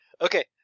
okay